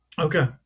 Okay